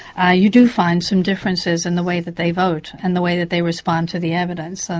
ah you do find some differences in the way that they vote, and the way that they respond to the evidence.